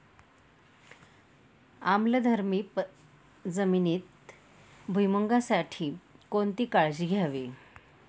आम्लधर्मी जमिनीत भुईमूगासाठी कोणती काळजी घ्यावी?